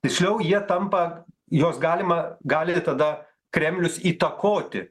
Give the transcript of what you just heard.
tiksliau jie tampa juos galima gali tada kremlius įtakoti